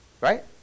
Right